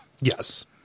Yes